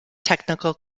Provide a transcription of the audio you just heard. technical